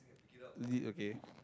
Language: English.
is it okay